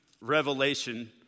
Revelation